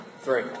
three